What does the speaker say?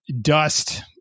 dust